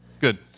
Good